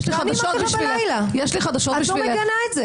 למה את לא עונה?